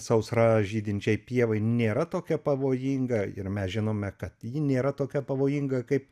sausra žydinčioj pievoj nėra tokia pavojinga ir mes žinome kad ji nėra tokia pavojinga kaip